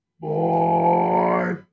Boy